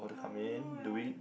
I don't know eh